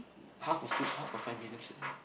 half of two half of five million set lah